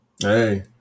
Hey